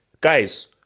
Guys